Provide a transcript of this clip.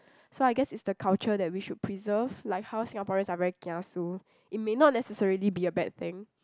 so I guess it's the culture that we should preserve like how Singaporeans are very kiasu it may not necessarily be a bad thing